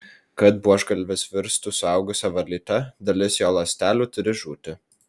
kad buožgalvis virstų suaugusia varlyte dalis jo ląstelių turi žūti